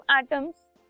atoms